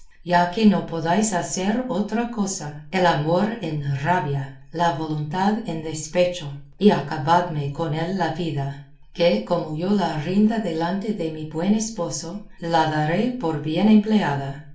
ya que no podáis hacer otra cosa el amor en rabia la voluntad en despecho y acabadme con él la vida que como yo la rinda delante de mi buen esposo la daré por bien empleada